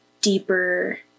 deeper